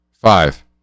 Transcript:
Five